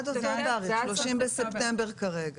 עד אותו תאריך, 30 בספטמבר כרגע.